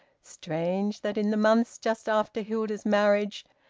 strange, that, in the months just after hilda's marriage,